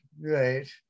right